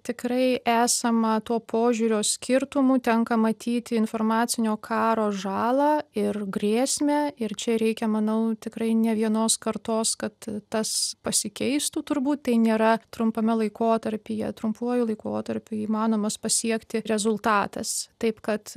tikrai esama tuo požiūrio skirtumų tenka matyti informacinio karo žalą ir grėsmę ir čia reikia manau tikrai ne vienos kartos kad tas pasikeistų turbūt tai nėra trumpame laikotarpyje trumpuoju laikotarpiu įmanomas pasiekti rezultatas taip kad